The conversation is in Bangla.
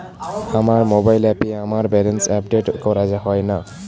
আমার মোবাইল অ্যাপে আমার ব্যালেন্স আপডেট করা হয় না